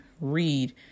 read